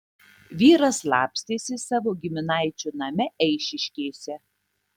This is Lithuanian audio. vyras slapstėsi savo giminaičių name eišiškėse